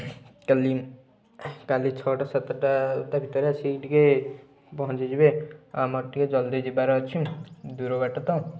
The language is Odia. କାଲି କାଲି ଛଅଟା ସାତଟା ଭିତରେ ଆସିକି ଟିକିଏ ପହଞ୍ଚିଯିବେ ଆମର ଟିକେ ଜଲଦି ଯିବାର ଅଛି ଦୂର ବାଟ ତ